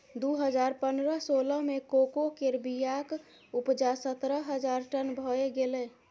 दु हजार पनरह सोलह मे कोको केर बीयाक उपजा सतरह हजार टन भए गेलै